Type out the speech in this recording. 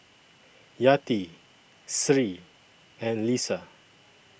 Yati Sri and Lisa